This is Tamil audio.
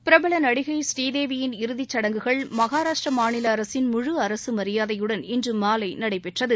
பிரபல நடிகை பூரீதேவியின் இறுதி சடங்குகள் மகாராஷ்டிர மாநில அரசின் முழு அரசு மரியாதையுடன் இன்று மாலை நடைபெற்றது